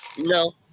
No